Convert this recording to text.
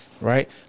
right